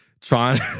trying